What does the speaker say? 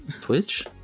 Twitch